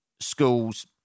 schools